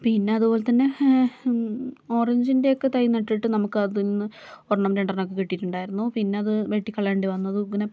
പിന്നെ അതുപോലെ തന്നെ ഓറഞ്ചിന്റെ ഒക്കെ തൈ നട്ടിട്ട് നമുക്കതിൽ നിന്ന് ഒരെണ്ണം രണ്ടെണ്ണമൊക്കെ കിട്ടിയിട്ടുണ്ടായിരുന്നു പിന്നെ അത് വെട്ടി കളയേണ്ടി വന്നത്